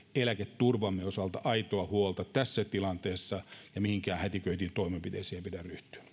eläketurvamme osalta aitoa huolta tässä tilanteessa ja mihinkään hätiköityihin toimenpiteisiin ei pidä